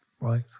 Right